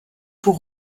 pour